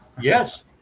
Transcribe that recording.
Yes